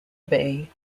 bay